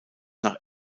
nach